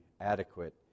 adequate